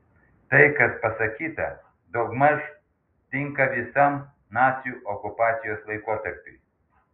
tai kas pasakyta daugmaž tinka visam nacių okupacijos laikotarpiui